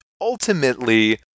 ultimately